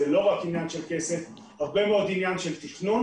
זה לא רק עניין של כסף, הרבה מאוד עניין של תכנון,